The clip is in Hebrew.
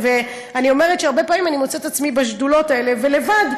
אני אומרת שהרבה פעמים אני מוצאת את עצמי בשדולות האלה לבד,